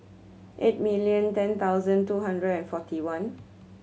eight million ten thousand two hundred and forty one